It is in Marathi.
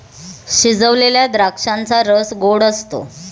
शिजवलेल्या द्राक्षांचा रस गोड असतो